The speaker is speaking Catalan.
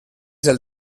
del